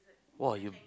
!woah! you